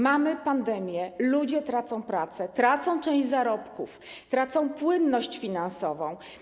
Mamy pandemię, ludzie tracą pracę, tracą część zarobków, tracą płynność finansową.